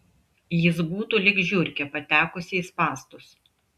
jis būtų lyg žiurkė patekusi į spąstus